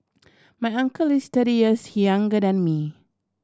my uncle is thirty years he younger than me